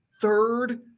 Third